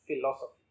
philosophy